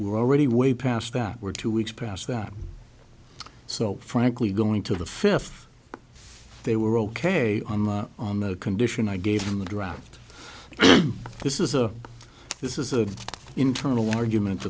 we're already way past that we're two weeks past that so frankly going to the fifth they were ok on the condition i gave in the draft this is a this is an internal argument